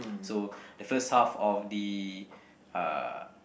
so the first half of the uh